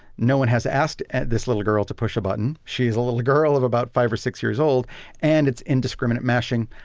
no one has asked at this little girl to push a button. she is a little girl of about five or six years old and it's indiscriminate mashing.